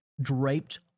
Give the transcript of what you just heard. draped